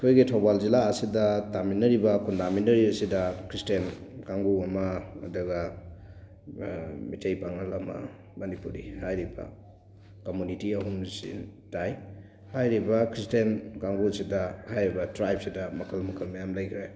ꯑꯩꯈꯣꯏꯒꯤ ꯊꯧꯕꯥꯜ ꯖꯤꯜꯂꯥ ꯑꯁꯤꯗ ꯇꯥꯃꯤꯟꯅꯔꯤꯕ ꯈꯨꯟꯗꯥꯃꯤꯟꯅꯔꯤꯕ ꯑꯁꯤꯗ ꯈ꯭ꯔꯤꯁꯇꯦꯟ ꯀꯥꯡꯕꯨ ꯑꯃ ꯑꯗꯨꯒ ꯃꯤꯇꯩ ꯄꯥꯉꯜ ꯑꯃ ꯃꯅꯤꯄꯨꯔꯤ ꯍꯥꯏꯔꯤꯕ ꯀꯝꯃꯨꯅꯤꯇꯤ ꯑꯍꯨꯝꯁꯤ ꯇꯥꯏ ꯍꯥꯏꯔꯤꯕ ꯈ꯭ꯔꯤꯁꯇꯦꯟ ꯀꯥꯡꯕꯨꯁꯤꯗ ꯍꯥꯏꯔꯤꯕ ꯇ꯭ꯔꯥꯏꯕꯁꯤꯗ ꯃꯈꯜ ꯃꯈꯜ ꯃꯌꯥꯝ ꯂꯩꯈ꯭ꯔꯦ